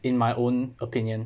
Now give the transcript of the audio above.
in my own opinion